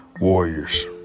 Warriors